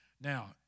Now